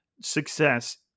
success